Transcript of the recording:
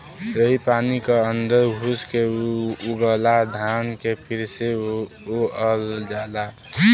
यही पानी क अन्दर घुस के ऊ उगला धान के फिर से बोअल जाला